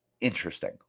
interesting